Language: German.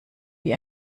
wie